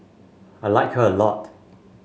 I like her a lot